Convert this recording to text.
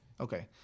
Okay